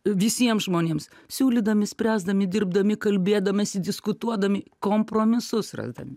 visiems žmonėms siūlydami spręsdami dirbdami kalbėdamiesi diskutuodami kompromisus rasdami